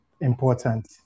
important